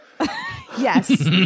Yes